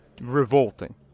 ...revolting